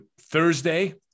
Thursday